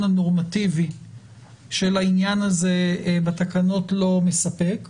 הנורמטיבי של העניין הזה בתקנות לא מספק,